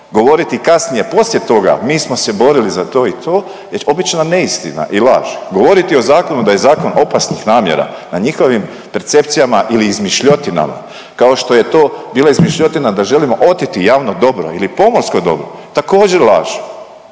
Govoriti kasnije poslije toga mi smo se borili za to i to je obična neistina i laž, govoriti o zakonu da je zakon opasnih namjera na njihovim percepcijama ili izmišljotinama, kao što je to bila izmišljotina da želimo oteti javno dobro ili pomorsko dobro, također laž.